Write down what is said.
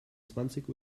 zwanzig